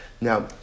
Now